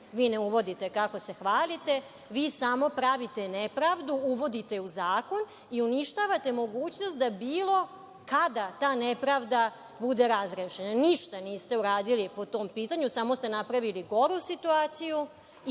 vi ne uvodite, kako se hvalite, vi samo pravite nepravdu, uvodite u zakon i uništavate mogućnost da bilo kada ta nepravda bude razrešena. Ništa niste uradili po tom pitanju, samo ste napravili goru situaciju